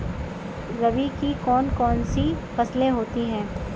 रबी की कौन कौन सी फसलें होती हैं?